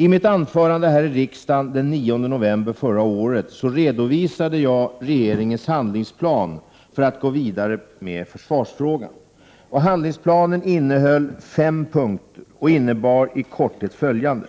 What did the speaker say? I mitt anförande här i riksdagen den 9 november förra året redovisade jag regeringens handlingsplan för att gå vidare med försvarsfrågan. Handlingsplanen innehöll fem punkter och innebar i korthet följande: